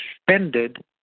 suspended